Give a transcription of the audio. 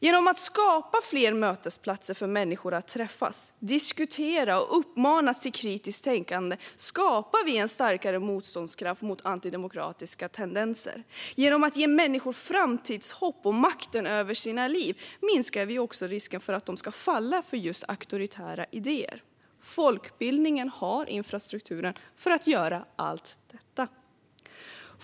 Genom att skapa fler mötesplatser för människor att träffas, diskutera och uppmanas till kritiskt tänkande skapar vi en starkare motståndskraft mot antidemokratiska tendenser. Genom att ge människor framtidshopp och makten över sina liv minskar vi också risken för att de ska falla för just auktoritära idéer. Folkbildningen har infrastrukturen för att göra allt detta.